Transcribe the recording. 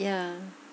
yeah